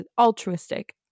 altruistic